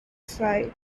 sighed